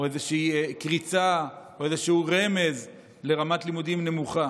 איזושהי קריצה או איזשהו רמז לרמת לימודים נמוכה,